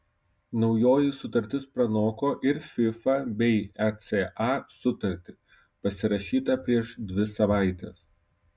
naujoji sutartis pranoko ir fifa bei eca sutartį pasirašytą prieš dvi savaites